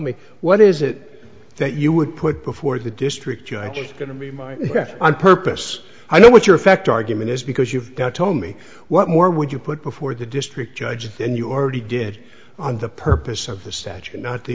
me what is it that you would put before the district judge is going to be my on purpose i know what your effect argument is because you've got told me what more would you put before the district judge and you already did on the purpose of the